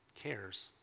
cares